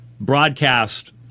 broadcast